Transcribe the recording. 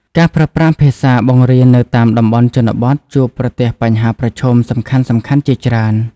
ការប្រើប្រាស់ភាសាបង្រៀននៅតាមតំបន់ជនបទជួបប្រទះបញ្ហាប្រឈមសំខាន់ៗជាច្រើន។